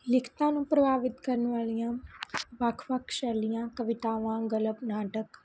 ਲਿਖਤਾਂ ਨੂੰ ਪ੍ਰਭਾਵਿਤ ਕਰਨ ਵਾਲੀਆਂ ਵੱਖ ਵੱਖ ਸ਼ੈਲੀਆਂ ਕਵਿਤਾਵਾਂ ਗਲਪ ਨਾਟਕ